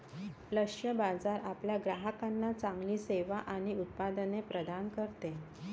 लक्ष्य बाजार आपल्या ग्राहकांना चांगली सेवा आणि उत्पादने प्रदान करते